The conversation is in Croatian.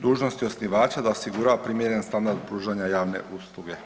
Dužnost je osnivača da osigura primjerene standarde pružanja javne usluge.